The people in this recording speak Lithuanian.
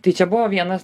tai čia buvo vienas